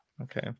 Okay